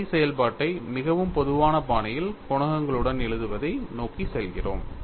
phi செயல்பாட்டை மிகவும் பொதுவான பாணியில் குணகங்களுடன் எழுதுவதை நோக்கி செல்கிறோம்